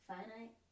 Finite